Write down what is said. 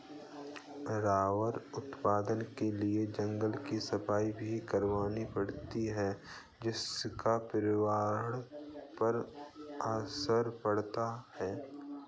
rubber उत्पादन के लिए जंगल की सफाई भी करवानी पड़ती है जिसका पर्यावरण पर असर पड़ता है